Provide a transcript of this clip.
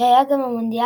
שהיה גם המונדיאל